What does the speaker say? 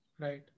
Right